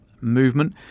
movement